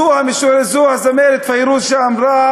זו הזמרת פיירוז שאמרה